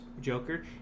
Joker